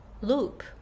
loop